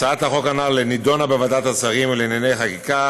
הצעת החוק הנוכחית נדונה בוועדת השרים לענייני חקיקה